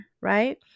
right